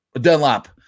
Dunlop